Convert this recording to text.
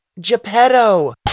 Geppetto